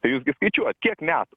tai jūs gi skaičiuojat kiek metų